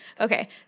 Okay